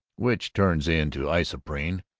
which turns into isoprene,